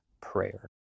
prayer